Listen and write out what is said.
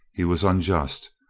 he was unjust,